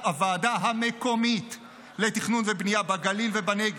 הוועדה המקומית לתכנון ובנייה בגליל ובנגב,